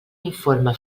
informe